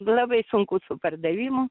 labai sunku su pardavimu